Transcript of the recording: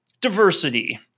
diversity